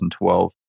2012